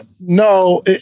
No